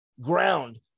ground